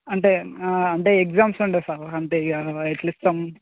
అంటే అంటే ఎగ్జామ్స్ ఉండే సార్ అంటే ఇక ఎట్లా ఇస్తాము